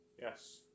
Yes